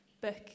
book